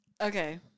Okay